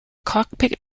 cockpit